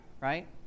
right